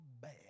bad